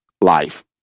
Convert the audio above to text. life